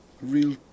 real